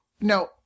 No